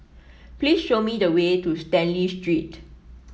please show me the way to Stanley Street